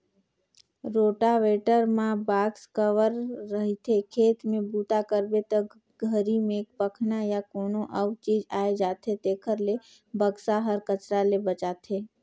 rotavator म box cover रहिथे, खेत में बूता करबे ते घरी में पखना या कोनो अउ चीज आये जाथे तेखर ले बक्सा हर कचरा ले बचाथे